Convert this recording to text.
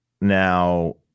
Now